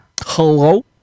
hello